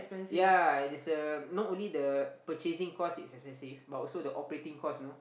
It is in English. yea it is a not only the purchasing cost is expensive but also the operating cost you know